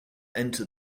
enter